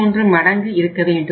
33 மடங்கு இருக்க வேண்டும்